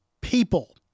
people